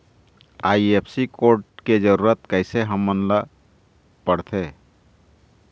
IFSC code के जरूरत कैसे हमन ला पड़थे?